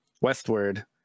westward